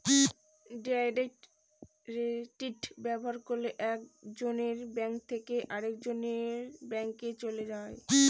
direct credit ব্যবহার করলে এক জনের ব্যাঙ্ক থেকে আরেকজনের ব্যাঙ্কে চলে যায়